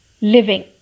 Living